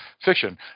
fiction